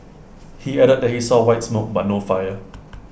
he added that he saw white smoke but no fire